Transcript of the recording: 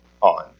on